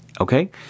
okay